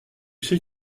sais